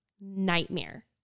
nightmare